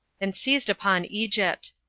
and seized upon egypt.